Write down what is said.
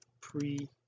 pre